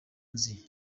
nzi